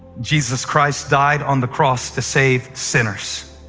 jesus christ died on the cross to save sinners,